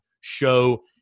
show